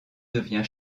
devient